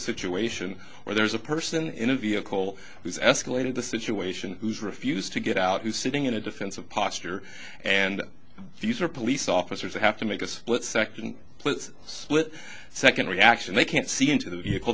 situation where there's a person in a vehicle who's escalated the situation who's refused to get out who's sitting in a defensive posture and these are police officers who have to make a split second split second reaction they can't see into the